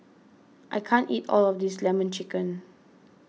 I can't eat all of this Lemon Chicken